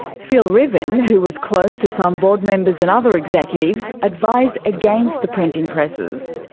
phil ruthven, who was close to some board members and other executives, advised against the printing presses.